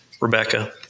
Rebecca